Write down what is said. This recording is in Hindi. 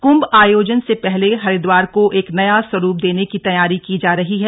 कुंभ आयोजन से पहले हरिद्वार को एक नया स्वरुप देने की तैयारी की जा रही है